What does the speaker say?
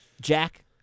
Jack